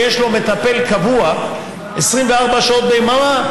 שיש לו מטפל קבוע 24 שעות ביממה,